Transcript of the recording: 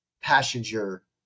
passenger